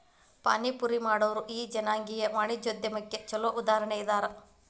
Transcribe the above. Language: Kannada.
ಪಾನಿಪುರಿ ಮಾಡೊರು ಈ ಜನಾಂಗೇಯ ವಾಣಿಜ್ಯೊದ್ಯಮಕ್ಕ ಛೊಲೊ ಉದಾಹರಣಿ ಇದ್ದಾರ